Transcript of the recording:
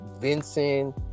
Vincent